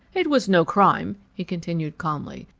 it was no crime, he continued calmly,